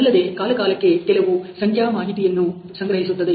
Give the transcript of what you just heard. ಅಲ್ಲದೆ ಕಾಲಕಾಲಕ್ಕೆ ಕೆಲವು ಸಂಖ್ಯಾ ಮಾಹಿತಿಯನ್ನು ಸಂಗ್ರಹಿಸುತ್ತದೆ